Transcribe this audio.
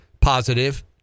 positive